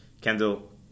Kendall